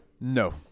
No